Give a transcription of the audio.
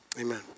amen